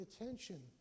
attention